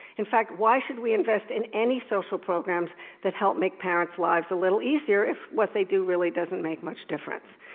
in fact, why should we invest in any social programs that help make parents' lives a little easier if what they do really doesn't make much difference?